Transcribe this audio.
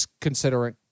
considering